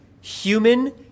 human